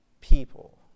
people